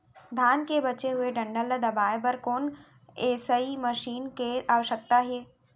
धान के बचे हुए डंठल ल दबाये बर कोन एसई मशीन के आवश्यकता हे?